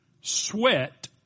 sweat